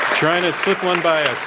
trying to slip one by us.